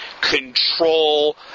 control